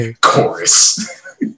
Chorus